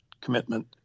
commitment